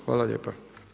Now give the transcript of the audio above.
Hvala lijepa.